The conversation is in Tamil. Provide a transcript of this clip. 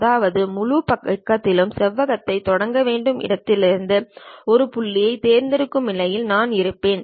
அதாவது முழு பக்கத்திலும் செவ்வகத்தைத் தொடங்க வேண்டிய இடத்திலிருந்து ஒரு புள்ளியைத் தேர்ந்தெடுக்கும் நிலையில் நான் இருப்பேன்